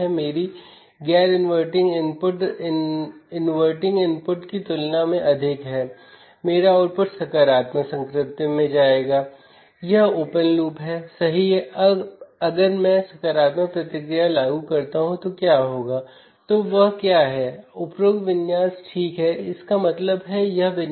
यह डिफ़्रेंसियल एम्पलीफायरों के समान एक क्लोज़ लूप डिवाइस के अलावा कुछ भी